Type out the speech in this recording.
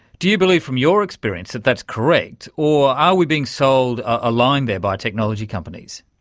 do you believe from your experience that that's correct, or are we being sold a line there by technology companies?